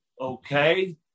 okay